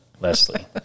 Leslie